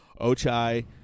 Ochai